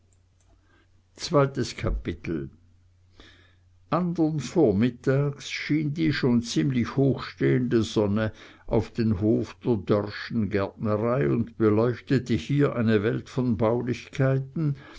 zweites kapitel andern vormittags schien die schon ziemlich hoch stehende sonne auf den hof der dörrschen gärtnerei und beleuchtete hier eine welt von baulichkeiten